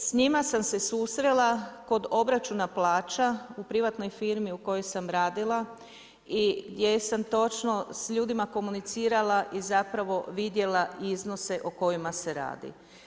S njima sam se susrela kod obračuna plaća u privatnoj firmi u kojoj sam radila i gdje sam točno s ljudima komunicirala i zapravo vidjela iznose o kojima se radi.